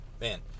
man